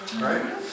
right